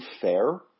fair